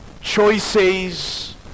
Choices